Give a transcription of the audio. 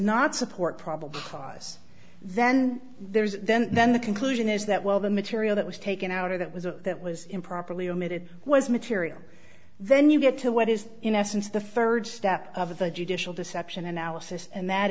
not support probable cause then there is then then the conclusion is that well the material that was taken out or that was a that was improperly omitted was material then you get to what is in essence the third step of the judicial deception analysis and that